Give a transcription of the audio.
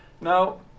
Now